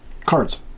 cards